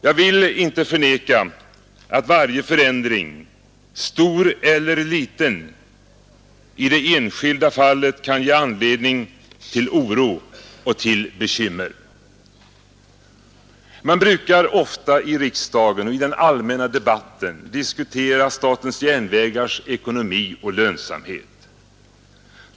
Jag vill inte förneka att varje förändring, stor eller liten, i det enskilda fallet kan ge anledning till oro och till bekymmer. Man brukar ofta i riksdagen och i den allmänna debatten diskutera statens järnvägars ekonomi och lönsamhet.